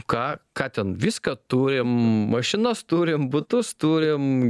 ką ką ten viską turim mašinas turim butus turim